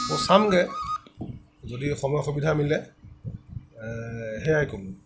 চামগৈ যদি সময় সুবিধা মিলে সেয়াই ক'লোঁ